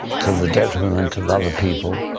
to the detriment of other people,